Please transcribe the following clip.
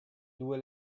due